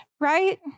right